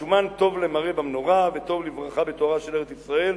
השומן טוב למראה במנורה וטוב לברכה בתוארה של ארץ-ישראל,